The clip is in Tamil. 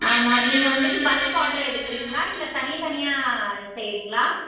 ஆமாம் நீங்கள் வந்துட்டு பல்க் ஆட்ரு எடுக்கிறீங்களா இல்லை தனி தனியாக செய்கிறீங்களா